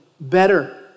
better